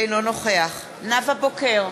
אינו נוכח נאוה בוקר,